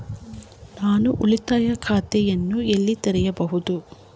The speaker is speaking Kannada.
ನಾನು ಉಳಿತಾಯ ಖಾತೆಯನ್ನು ಎಲ್ಲಿ ತೆರೆಯಬಹುದು?